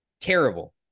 Terrible